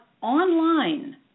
online